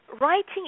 writing